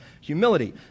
humility